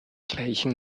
gleichen